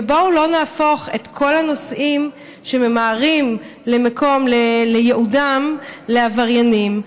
בואו לא נהפוך את כל הנוסעים שממהרים ליעדם לעבריינים.